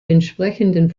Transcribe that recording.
entsprechenden